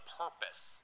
purpose